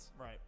Right